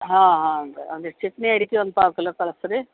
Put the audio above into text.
ಹಾಂ ಹಾಂ ರಿ ಒಂದಿಷ್ಟು ಚಿಕನಿ ಅಡಿಕೆ ಒಂದು ಪಾವು ಕಿಲೋ ಕಳಿಸ್ರಿ